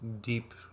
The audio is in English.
deep